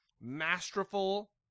masterful